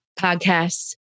podcasts